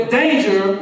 danger